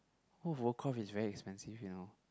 World of Warcraft is very expensive you know